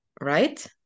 right